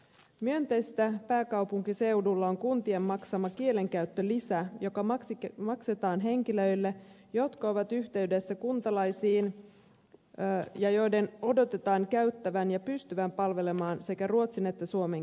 myönteistä pääkaupunkiseudulla on kuntien maksama kielenkäyttölisä joka maksetaan henkilöille jotka ovat yhteydessä kuntalaisiin ja joiden odotetaan käyttävän molempia kieliä ja pystyvän palvelemaan sekä ruotsin että suomen kielellä